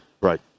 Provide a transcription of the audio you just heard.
right